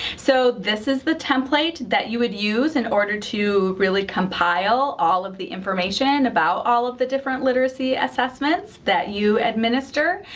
so this is the template that you would use in order to really compile all of the information about all of the different literacy assessments that you administer.